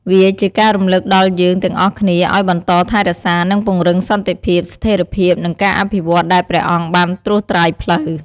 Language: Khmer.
វាជាការរំលឹកដល់យើងទាំងអស់គ្នាឱ្យបន្តថែរក្សា និងពង្រឹងសន្តិភាព ស្ថេរភាព និងការអភិវឌ្ឍន៍ដែលព្រះអង្គបានត្រួសត្រាយផ្លូវ។